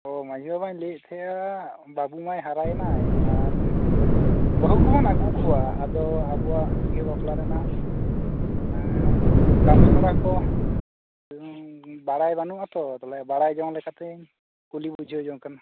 ᱚ ᱢᱟᱹᱡᱷᱤ ᱵᱟᱵᱟ ᱞᱟᱹᱭᱮᱫ ᱛᱟᱦᱮᱱᱟ ᱵᱟᱹᱵᱩ ᱢᱟᱭ ᱦᱟᱨᱟᱭᱮᱱᱟ ᱟᱨ ᱵᱟᱹᱦᱩ ᱠᱚᱵᱚᱱ ᱟᱹᱜᱩ ᱠᱚᱣᱟ ᱟᱫᱚ ᱟᱵᱚᱭᱟᱜ ᱵᱤᱦᱟᱹ ᱵᱟᱯᱞᱟ ᱨᱮᱱᱟᱜ ᱠᱟᱹᱢᱤ ᱦᱚᱨᱟ ᱠᱚ ᱵᱟᱲᱟᱭ ᱵᱟᱹᱱᱩᱜ ᱟᱛᱚ ᱛᱟᱦᱚᱞᱮ ᱵᱟᱲᱟᱭ ᱡᱚᱝ ᱞᱮᱠᱟᱛᱮᱧ ᱠᱩᱞᱤ ᱵᱩᱡᱷᱟᱹᱣ ᱡᱚᱝ ᱠᱟᱱᱟ